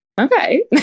okay